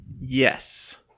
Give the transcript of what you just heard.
Yes